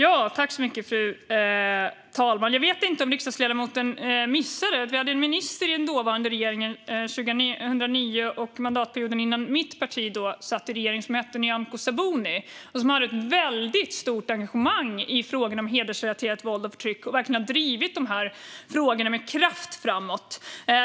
Fru talman! Jag vet inte om riksdagsledamoten har missat att det fanns en minister i den dåvarande regeringen 2009 och mandatperioden innan mitt parti kom in i regeringen, nämligen Nyamko Sabuni, med ett mycket stort engagemang i frågor om hedersrelaterat våld och förtryck. Hon har verkligen drivit frågorna med kraft framåt.